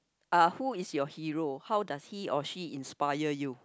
uh who is your hero how does he or she inspire you